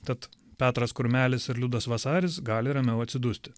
tad petras kurmelis ir liudas vasaris gali ramiau atsidusti